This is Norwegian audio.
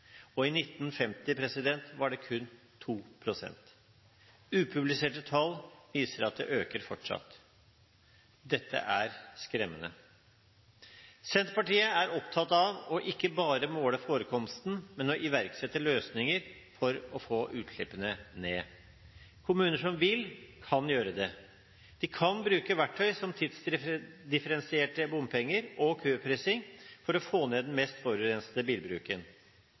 og i 1950 var det kun 2 pst. Upubliserte tall viser at det øker fortsatt. Dette er skremmende. Senterpartiet er opptatt av å ikke bare måle forekomsten, men å iverksette løsninger for å få utslippene ned. Kommuner som vil, kan gjøre det. De kan bruke verktøy som tidsdifferensierte bompenger og køprising for å få ned den mest forurensende bilbruken.